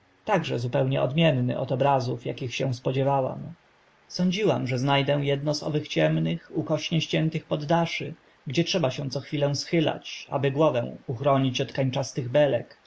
pokó także zupełnie odmienny od obrazów akich się spodziewałam sądziłam że zna dę edno z owych ciemnych ukośnie ściętych poddaszy gdzie trzeba ruiny upadek się co chwila schylać aby głowę uchronić od kanciastych belek